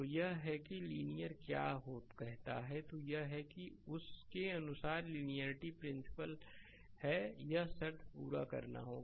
तो यह है कि लीनियर क्या कहता है तो यह है कि यह उस के अनुसार लिनियेरिटी प्रिंसिपल है यह शर्त को पूरा करना होगा